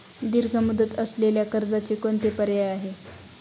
दीर्घ मुदत असलेल्या कर्जाचे कोणते पर्याय आहे?